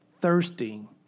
thirsting